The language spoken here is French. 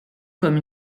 comme